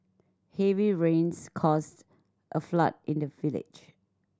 heavy rains caused a flood in the village